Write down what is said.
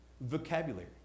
vocabulary